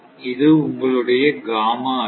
இது உங்களுடைய காமா அணி